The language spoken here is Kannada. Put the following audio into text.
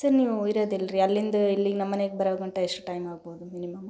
ಸರ್ ನೀವು ಇರೋದು ಎಲ್ರಿ ಅಲ್ಲಿಂದ ಇಲ್ಲಿಗೆ ನಮ್ಮನೆಗೆ ಬರೋಗಂಟ ಎಷ್ಟು ಟೈಮ್ ಆಗ್ಬೋದು ಮಿನಿಮಮ್ಮು